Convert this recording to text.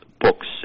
books